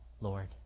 Lord